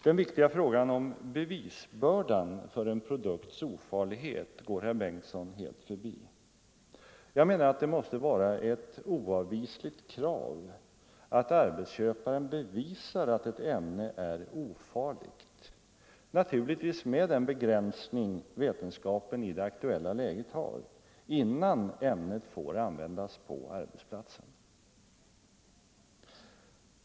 Den viktiga frågan om bevisbördan för en produkts ofarlighet går herr Bengtsson helt förbi. Jag menar att det måste vara ett oavvisligt krav att arbetsköparen bevisar att ett ämne är ofarligt — naturligtvis med den begränsning vetenskapen i det aktuella läget har — innan det får användas på arbetsplatsen.